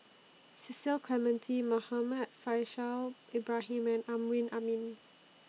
Cecil Clementi Muhammad Faishal Ibrahim and Amrin Amin